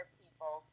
people